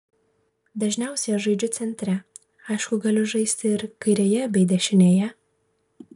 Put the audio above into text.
dažniausiai aš žaidžiu centre aišku galiu žaisti ir kairėje bei dešinėje